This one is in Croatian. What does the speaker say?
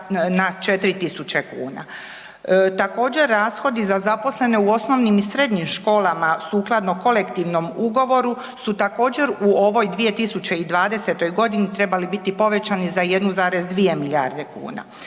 Također rashodi za zaposlene u osnovnim i srednjim školama, sukladno kolektivnom ugovoru su također u ovoj 2020. godini trebali biti povećani za 1,2 milijardu kuna.